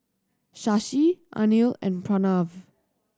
Shashi Anil and Pranav